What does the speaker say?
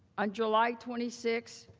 on july twenty six,